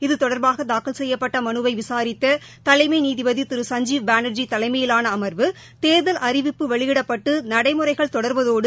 இது தொடர்பாகதாக்கல் செய்யப்பட்டமனுவைவிசாரித்ததலைமைநீதிபதிதிரு சஞ்ஜீவ் பானா்ஜி தலைமையிலானஅமா்வு தேர்தல் அறிவிப்பு வெளியிடப்பட்டு நடைமுறைகள் தொடர்வதோடு